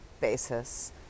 basis